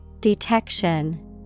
Detection